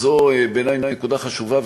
זו בעיני נקודה חשובה,